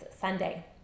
Sunday